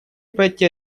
пройти